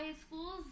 school's